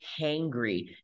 hangry